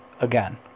again